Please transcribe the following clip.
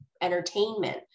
entertainment